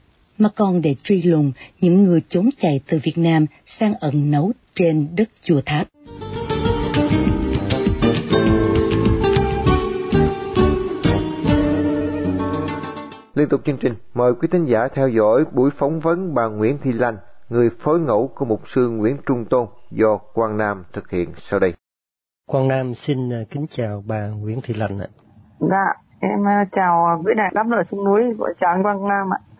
Mà còn để truy lùng những người trốn chạy từ Việt Nam sang ẩn náu trên đất Chùa Tháp. Liên tục chương trình, mời quý thính giả theo dõi buổi phỏng vấn bà Nguyễn Thị Lành, người phối ngẫu của mục sư Nguyễn Trung Tôn do Quang Nam thực hiện sau đây. Quang Nam xin kính chào bà Nguyễn Thị Lành ạ. Dạ, em chào quý đài Đáp Lời Sông Núi, chào anh Quang Nam ạ.